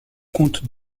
compte